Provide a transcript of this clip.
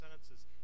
sentences